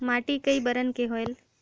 माटी कई बरन के होयल?